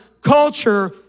culture